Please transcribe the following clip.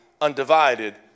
undivided